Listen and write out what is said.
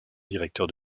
directeurs